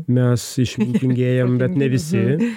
mes išmintingėjam bet ne visi